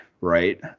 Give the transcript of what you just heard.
Right